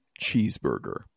cheeseburger